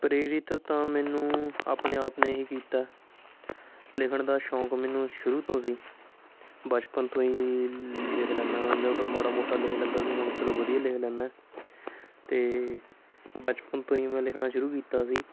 ਪ੍ਰੇਰਿਤ ਤਾਂ ਮੈਨੂੰ ਆਪਣੇ ਆਪ ਨੇ ਹੀ ਕੀਤਾ ਲਿਖਣ ਦਾ ਸ਼ੌਂਕ ਮੈਨੂੰ ਸ਼ੁਰੂ ਤੋਂ ਸੀ ਬਚਪਨ ਤੋਂ ਹੀ ਲ ਲਿਖ ਲੈਂਦਾ ਉਦੋਂ ਮਾੜਾ ਮੋਟਾ ਲਿਖ ਲੈਂਦਾ ਸੀ ਹੁਣ ਚਲੋ ਵਧੀਆ ਲਿਖ ਲੈਂਦਾ ਅਤੇ ਬਚਪਨ ਤੋਂ ਹੀ ਮੈਂ ਲਿਖਣਾ ਸ਼ੁਰੂ ਕੀਤਾ ਸੀ